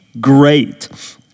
Great